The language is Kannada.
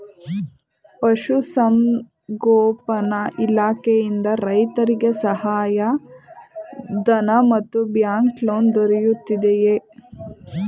ಪಶು ಸಂಗೋಪನಾ ಇಲಾಖೆಯಿಂದ ರೈತರಿಗೆ ಸಹಾಯ ಧನ ಮತ್ತು ಬ್ಯಾಂಕ್ ಲೋನ್ ದೊರೆಯುತ್ತಿದೆಯೇ?